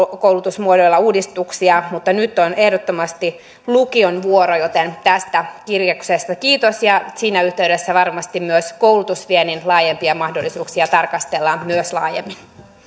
koulutusmuodoilla uudistuksia mutta nyt on ehdottomasti lukion vuoro joten tästä kirjauksesta kiitos siinä yhteydessä varmasti myös koulutusviennin laajempia mahdollisuuksia tarkastellaan laajemmin